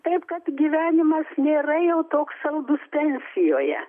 taip kad gyvenimas nėra jau toks saldus pensijoje